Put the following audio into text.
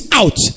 out